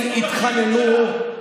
הם התחננו,